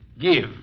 give